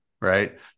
right